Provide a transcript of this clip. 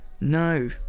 No